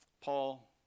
Paul